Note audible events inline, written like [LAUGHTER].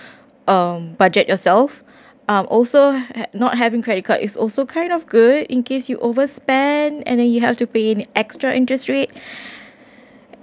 um budget yourself um also not having credit card is also kind of good in case you overspend and then you have to pay extra interest rate [BREATH]